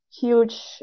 huge